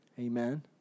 Amen